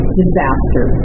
disaster